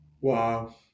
Wow